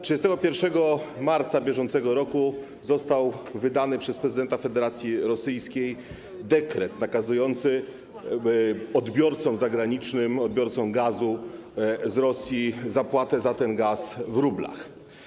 31 marca br. został wydany przez prezydenta Federacji Rosyjskiej dekret nakazujący odbiorcom zagranicznym, odbiorcom gazu z Rosji, zapłatę za ten gaz w rublach.